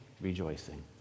rejoicing